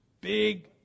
big